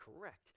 correct